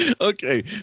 Okay